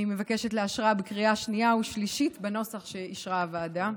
ואני מבקשת לאשרה בקריאה השנייה ושלישית בנוסח שאישרה הוועדה.